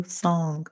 song